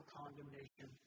condemnation